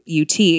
UT